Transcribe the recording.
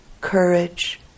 courage